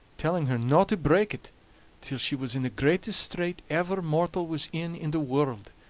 telling her no to break it till she was in the greatest strait ever mortal was in in the world,